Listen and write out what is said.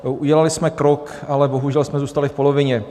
Udělali jsme krok, ale bohužel jsme zůstali v polovině.